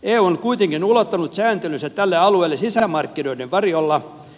eu on kuitenkin ulottanut sääntelynsä tälle alueelle sisämarkkinoiden varjolla